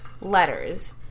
letters